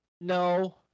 No